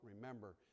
remember